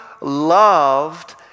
loved